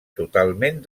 totalment